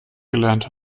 gelernt